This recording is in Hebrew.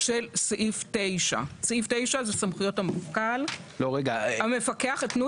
סעיף 8ה', אנחנו